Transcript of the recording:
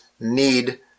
Need